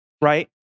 right